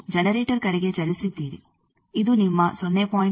ನೀವು ಜನರೇಟರ್ ಕಡೆಗೆ ಚಲಿಸಿದ್ದೀರಿ ಇದು ನಿಮ್ಮ 0